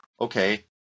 okay